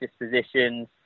dispositions